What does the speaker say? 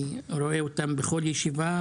אני רואה אותם בכל ישיבה,